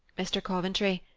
mr. coventry,